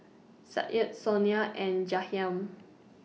Sadye Sonia and Jahiem